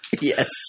Yes